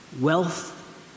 wealth